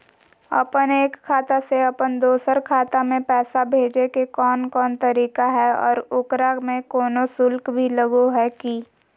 अपन एक खाता से अपन दोसर खाता में पैसा भेजे के कौन कौन तरीका है और ओकरा में कोनो शुक्ल भी लगो है की?